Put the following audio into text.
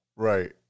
Right